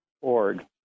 org